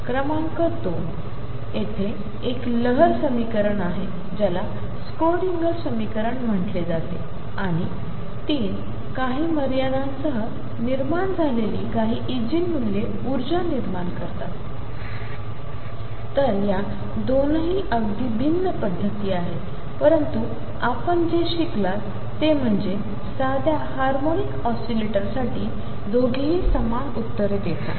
क्रमांक 2 येथे एक लहर समीकरण आहे ज्याला स्क्रोडिंगर समीकरण म्हटले जाते आणि 3 काही मर्यादांसह निर्माण झालेली काही इगेन मूल्ये ऊर्जा निर्माण करतात तर ह्या दोनही अगदी भिन्न पध्दती आहेत परंतु आपण जे शिकलात ते म्हणजे साध्या हार्मोनिक ऑसिलेटर साठी दोघेही समान उत्तरे देतात